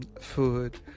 food